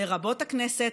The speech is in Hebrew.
לרבות הכנסת,